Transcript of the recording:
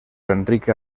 enrique